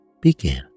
begin